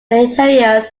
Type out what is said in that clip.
interiors